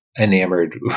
enamored